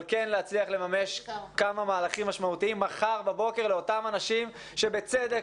אבל כן להצליח לממש כמה מהלכים משמעותיים מחר בבוקר לאותם אנשים שבצדק